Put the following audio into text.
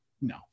no